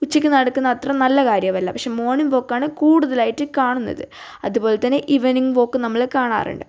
ഉച്ചയ്ക്ക് നടക്കുന്നത് അത്ര നല്ല കാര്യമല്ല പക്ഷേ മോർണിംഗ് വോക്കാണ് കൂടുതലായിട്ട് കാണുന്നത് അതുപോലെത്തന്നെ ഈവെനിംഗ് വാക്ക് നമ്മൾ കാണാറുണ്ട്